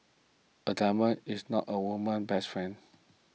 a diamond is not a woman's best friend